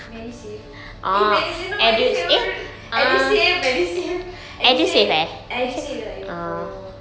medisave eh medisave no medisave edusave medisave edusave edusave !aiyo! ah